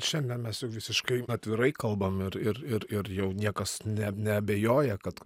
šiandien mes jau visiškai atvirai kalbam ir ir ir ir jau niekas ne neabejoja kad